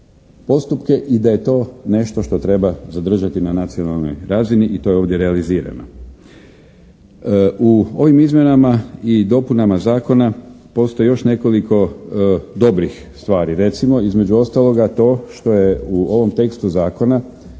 i da je to nešto što treba zadržati na nacionalnoj razini i to je ovdje realizirano. U ovim izmjenama i dopunama zakona postoji još nekoliko dobrih stvari. Recimo između ostaloga to što je u ovom tekstu zakona